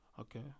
Okay